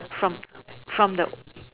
from from the